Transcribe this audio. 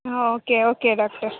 ah okay okay doctor